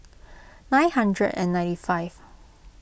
nine hundred and ninety five